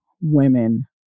women